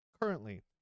currently